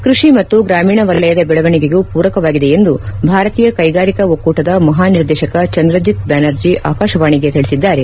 ಕೃಷಿ ಮತ್ತು ಗ್ರಾಮೀಣ ವಲಯದ ಬೆಳವಣಿಗೆಗೂ ಪೂರಕವಾಗಿದೆ ಎಂದು ಭಾರತೀಯ ಕ್ಷೆಗಾರಿಕಾ ಒಕ್ಕೂಟದ ಮಹಾನಿರ್ದೇಶಕ ಚಂದ್ರಜಿತ್ ಬ್ಯಾನರ್ಜಿ ಆಕಾಶವಾಣಿಗೆ ತಿಳಿಸಿದ್ದಾರೆ